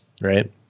right